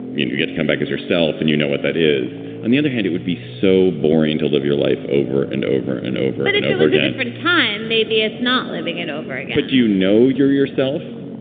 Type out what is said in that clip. you you got to come back as yourself and you know what that is. on the other hand, it would be so boring to live your life over and over and over but and over again and front time maybe it's not living it over, but you know, you're yourself.